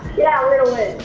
yeah we're gonna win.